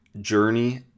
journey